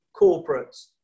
corporates